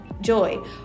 joy